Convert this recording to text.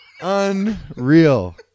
Unreal